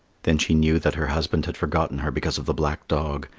then she knew that her husband had forgotten her because of the black dog,